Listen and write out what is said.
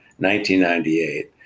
1998